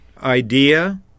idea